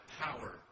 power